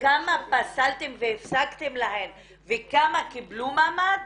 כמה פסלתם והפסקתם להן וכמה קיבלו מעמד?